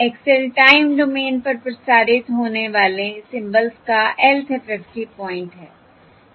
X l time domain पर प्रसारित होने वाले सिंबल्स का lth FFT पॉइंट है